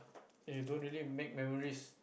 and you don't really make memories